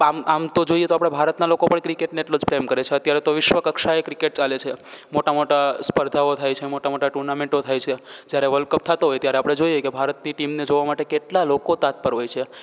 આમ આમ તો જોઈએ તો આપણે ભારતના લોકો પણ ક્રિકેટને એટલો જ પ્રેમ કરે છે અત્યારે તો વિશ્વ કક્ષાએ ક્રિકેટ ચાલે છે મોટી મોટી સ્પર્ધાઓ થાય છે મોટી મોટી ટૂર્નામેન્ટો થાય છે જ્યારે વર્લ્ડ કપ થતો હોય ત્યારે આપણે જોઈએ કે ભારતીય ટીમને જોવા માટે કેટલા લોકો તાત્પર હોય છે